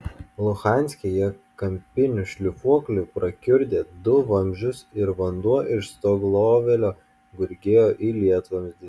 luhanske jie kampiniu šlifuokliu prakiurdė du vamzdžius ir vanduo iš stoglovio gurgėjo į lietvamzdį